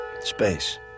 Space